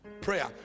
prayer